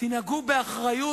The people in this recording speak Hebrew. תנהגו באחריות.